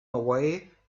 away